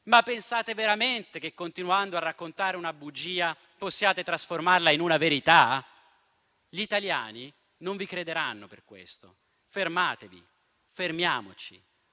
Pensate veramente che continuando a raccontare una bugia possiate trasformarla in una verità? Gli italiani non vi crederanno per questo. Fermatevi, fermiamoci,